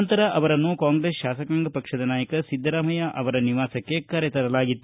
ನಂತರ ಅವರನ್ನು ಕಾಂಗ್ರೆಸ್ ಶಾಸಕಾಂಗ ಪಕ್ಷದ ನಾಯಕ ಸಿದ್ದರಾಮಯ್ಯ ಅವರ ನಿವಾಸಕ್ಕೆ ಕರೆ ತರಲಾಗಿತ್ತು